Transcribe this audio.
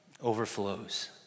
overflows